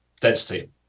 density